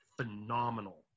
phenomenal